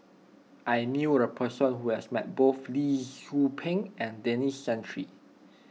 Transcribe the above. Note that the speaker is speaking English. I knew a person who has met both Lee Tzu Pheng and Denis Santry